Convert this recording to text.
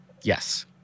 yes